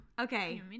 Okay